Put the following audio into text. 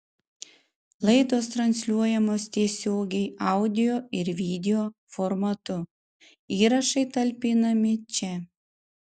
laidos transliuojamos tiesiogiai audio ir video formatu įrašai talpinami čia